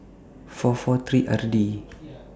four four three R D